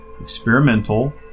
Experimental